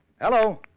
Hello